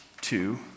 two